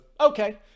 okay